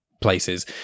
places